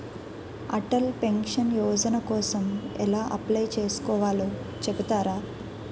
Atal pension Yojana కోసం ఎలా apply చేసుకోవాలో చెపుతారా?